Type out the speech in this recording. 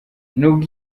nubwo